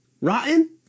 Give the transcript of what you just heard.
Rotten